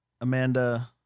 Amanda